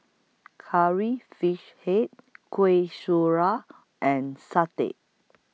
Curry Fish Head Kueh Syara and Satay